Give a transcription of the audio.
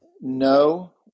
No